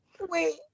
Wait